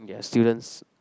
their students